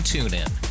TuneIn